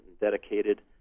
dedicated